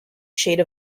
shade